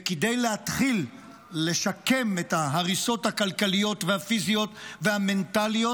כדי להתחיל לשקם את ההריסות הכלכליות והפיזיות והמנטליות,